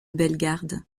bellegarde